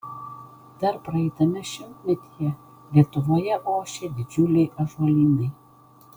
dar praeitame šimtmetyje lietuvoje ošė didžiuliai ąžuolynai